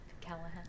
Callahan